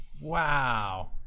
Wow